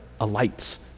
alights